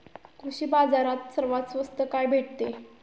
कृषी बाजारात सर्वात स्वस्त काय भेटते?